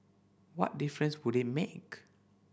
what difference would it make